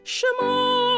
Shema